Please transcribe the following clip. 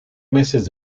meses